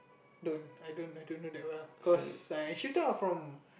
don't I don't I don't know that well cause I actually start off from